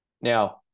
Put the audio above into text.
now